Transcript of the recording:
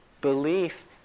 belief